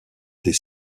des